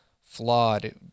flawed